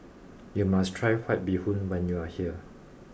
you must try White Bee Hoon when you are here